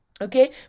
Okay